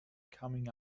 coming